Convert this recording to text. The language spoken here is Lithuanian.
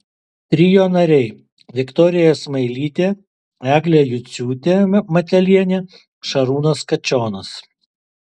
trio nariai viktorija smailytė eglė juciūtė matelienė šarūnas kačionas